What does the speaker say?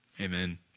Amen